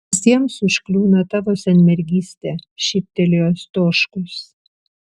visiems užkliūna tavo senmergystė šyptelėjo stoškus